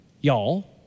y'all